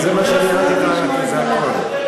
מה שאני מנסה לומר, שזה לא שייך לתרבות, זה הכול.